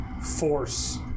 force